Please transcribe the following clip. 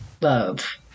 love